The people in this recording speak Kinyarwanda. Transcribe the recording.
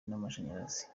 n’amashanyarazi